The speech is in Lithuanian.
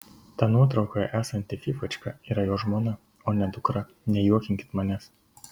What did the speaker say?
ta nuotraukoje esanti fyfačka yra jo žmona o ne dukra nejuokinkit manęs